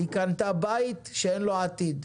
היא קנתה בית שאין לו עתיד.